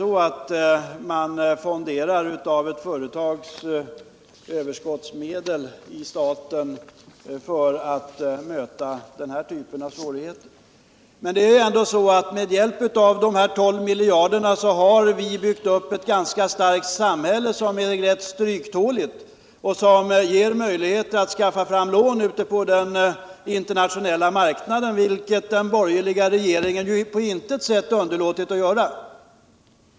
Inte fonderar man väl av ett företags överskottsmedel i staten för att möta den här typen av svårigheter. Men med hjälp av dessa 12 miljarder har vi ändå byggt upp ett ganska starkt samhälle, som är rätt stryktåligt och som ger oss möjligheter att skaffa fram lån ute på den internationella marknaden, vilket den borgerliga regeringen ju på intet sätt har underlåtit att göra.